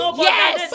Yes